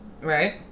Right